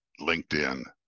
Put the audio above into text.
LinkedIn